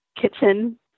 kitchen